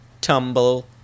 tumble